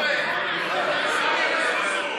עכשיו הם סמי וסוסו.